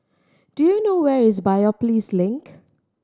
do you know where is Biopolis Link